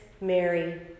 Mary